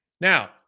Now